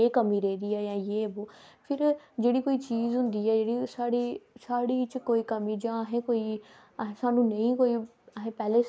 इयां लोके कोल जिंदे कोल अजकल दी जियां अजकल दे न्याने जियां आरदे ना उंदे कोल अपने अपने फोन ऐ ते अपने फोने च उंदियां मतलब